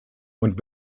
und